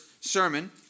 sermon